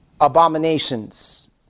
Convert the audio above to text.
abominations